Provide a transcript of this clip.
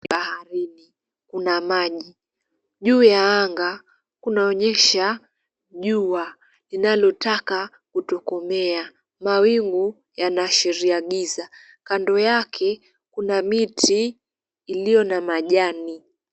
Ni baharini kuna maji juu kwa anga kunaonyesha jua linalo taka kutokomea mawingu yanaashiria giza kando yake kuna miti iliyo na majani.